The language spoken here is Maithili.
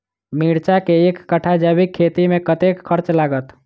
मिर्चा केँ एक कट्ठा जैविक खेती मे कतेक खर्च लागत?